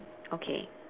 okay